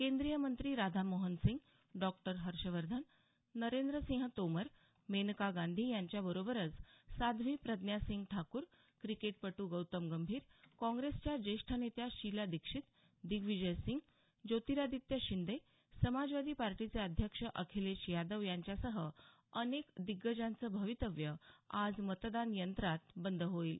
केंद्रीय मंत्री राधामोहन सिंह डॉ हर्षवर्धन नरेंद्र सिंह तोमर मेनका गांधी यांच्या बरोबरच साध्वी प्रज्ञासिंह ठाकूर क्रिकेटपटू गौतम गंभीर काँप्रेसच्या ज्येष्ठ नेत्या शीला दीक्षित दिग्विजय सिंह ज्योतिरादित्य शिंदे समाजवादी पार्टीचे अध्यक्ष अखिलेश यादव यांच्यासह अनेक दिग्गजांचं भवितव्य आज मतदान यंत्रात बंद होईल